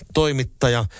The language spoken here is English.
toimittaja